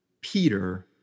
Peter